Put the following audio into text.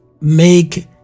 make